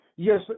Yes